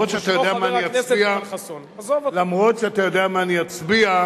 שחרור העיר ירושלים במלחמת ששת הימים.